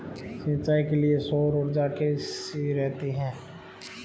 सिंचाई के लिए सौर ऊर्जा कैसी रहती है?